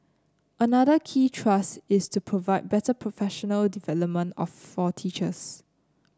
another key thrust is to provide better professional development of for teachers